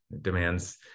demands